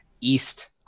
east